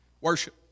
Worship